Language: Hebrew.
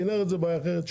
כנרת זה בעיה אחרת,